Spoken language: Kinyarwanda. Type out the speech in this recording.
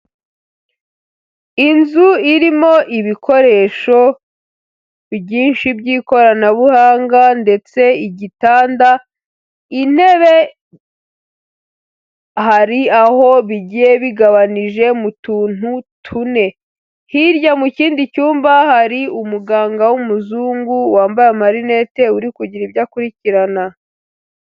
Inzu irimo ibikoresho byinshi byikoranabuhanga ndetse igitanda, intebe, hari aho bigiye bigabanije mu tuntu tune. Hirya mu kindi cyumba hari umuganga w'umuzungu wambaye amarinete, uri kugira ibyo akurikirana.